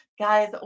Guys